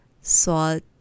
salt